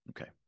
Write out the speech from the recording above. Okay